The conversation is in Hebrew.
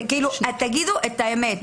תגידו את האמת.